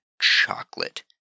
chocolate